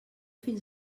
fins